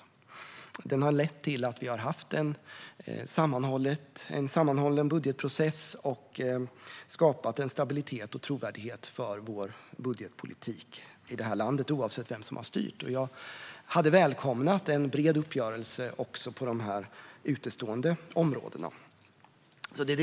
Vidare har den lett till att det har varit en sammanhållen budgetprocess som har skapat en stabilitet och trovärdighet för vår budgetpolitik i landet, oavsett vem som har styrt. Jag hade välkomnat en bred uppgörelse också på de utestående områdena.